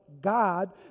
God